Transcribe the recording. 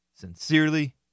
Sincerely